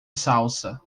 salsa